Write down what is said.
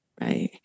Right